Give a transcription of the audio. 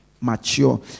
mature